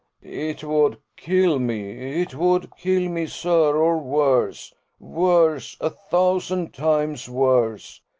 it would kill me it would kill me, sir or worse worse! a thousand times worse!